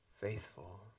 faithful